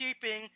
keeping